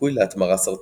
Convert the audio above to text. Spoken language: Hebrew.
וסיכוי להתמרה סרטנית.